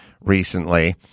recently